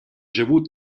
живут